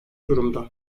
durumda